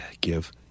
give